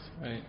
Right